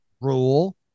rule